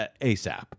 ASAP